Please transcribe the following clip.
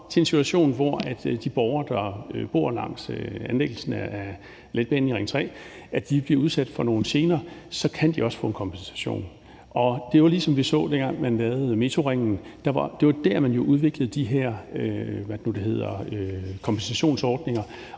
til en situation, hvor de borgere, der bor langs anlæggelsen af letbanen i Ring 3, bliver udsat for nogle gener, at de så også kan få en kompensation. Og det er jo ligesom det, vi så, dengang man lavede metroringen, altså at det var der, man udviklede de her kompensationsordninger,